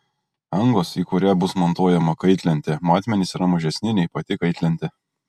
angos į kurią bus montuojama kaitlentė matmenys yra mažesni nei pati kaitlentė